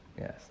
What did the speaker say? Yes